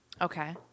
Okay